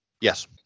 Yes